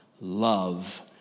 love